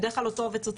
בדרך כלל אותו עו"ס,